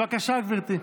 בבקשה, גברתי.